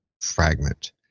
fragment